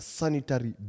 sanitary